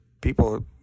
people